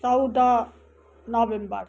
चौध नोभेम्बर